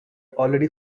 already